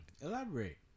elaborate